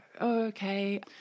okay